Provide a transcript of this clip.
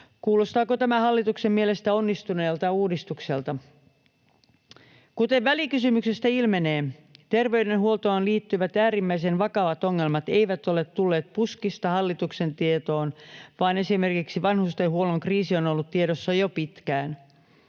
Kuulostaako tämä hallituksen mielestä onnistuneelta uudistukselta? Kuten välikysymyksestä ilmenee, terveydenhuoltoon liittyvät äärimmäisen vakavat ongelmat eivät ole tulleet puskista hallituksen tietoon, vaan esimerkiksi vanhustenhuollon kriisi on ollut tiedossa jo pitkään.